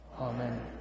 Amen